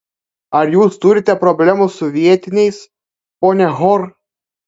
ar jūs turite problemų su vietiniais ponia hor